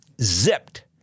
zipped